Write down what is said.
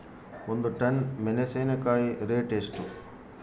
ಒಂದು ಟನ್ ಮೆನೆಸಿನಕಾಯಿ ರೇಟ್ ಎಷ್ಟು?